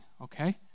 okay